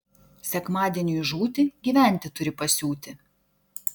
sekmadieniui žūti gyventi turi pasiūti